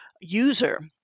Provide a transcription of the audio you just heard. user